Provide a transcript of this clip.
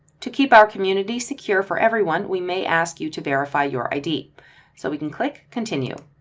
to keep our community secure for everyone, we may ask you to verify your id so we can click continue.